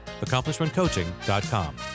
AccomplishmentCoaching.com